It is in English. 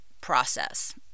process